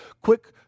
Quick